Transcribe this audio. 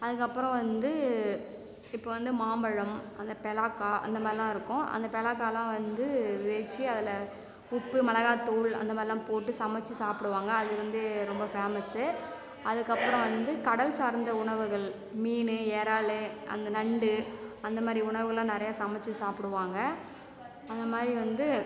அதுக்கு அப்புறம் வந்து இப்போ வந்து மாம்பழம் அந்த பெலாக்கா அந்தமாரிலாம் இருக்கும் அந்த பெலாக்காலாம் வந்து வச்சு அதில் உப்பு மிளகா தூள் அந்தமாரிலாம் போட்டு சமைச்சு சாப்பிடுவாங்க அது வந்து ரொம்ப ஃபேமஸ்சு அதுக்கு அப்புறம் வந்து கடல் சார்ந்த உணவுகள் மீன் இறாலு அந்த நண்டு அந்த மாரி உணவுகள்லாம் நிறையா சமைச்சி சாப்பிடுவாங்க அந்த மாரி வந்து